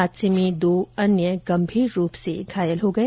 हादसे में दो लोग गंभीर रूप से घायल हो गए